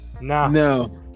No